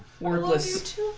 Wordless